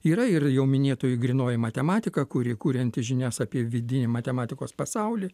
yra ir jau minėtoji grynoji matematika kuri kurianti žinias apie vidinį matematikos pasaulį